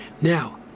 now